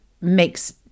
makes